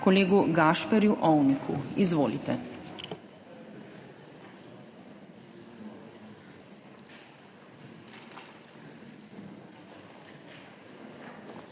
kolegu Gašperju Ovniku. Izvolite.